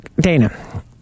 Dana